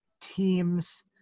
teams